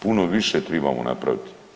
Puno više tribamo napravit.